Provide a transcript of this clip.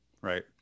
Right